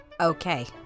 Okay